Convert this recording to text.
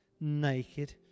naked